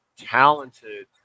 talented